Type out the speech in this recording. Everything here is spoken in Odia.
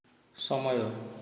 ସମୟ